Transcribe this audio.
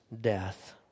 death